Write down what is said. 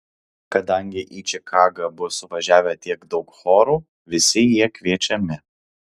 kadangi į čikagą bus suvažiavę tiek daug chorų visi jie kviečiami